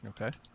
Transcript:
Okay